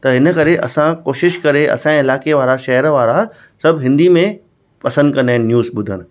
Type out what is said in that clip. त हिन करे असां कोशिश करे असांजे इलाइके वारा शहर वारा सभु हिंदी में पसंदि कंदा आहिनि न्यूस ॿुधणु